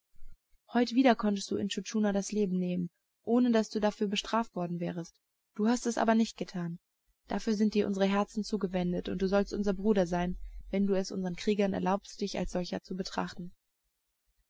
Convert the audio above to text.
heut wieder konntest du intschu tschuna das leben nehmen ohne daß du dafür bestraft worden wärest du hast es aber nicht getan dafür sind dir unsere herzen zugewendet und du sollst unser bruder sein wenn du es unsern kriegern erlaubst dich als solchen zu betrachten